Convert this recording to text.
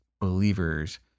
believers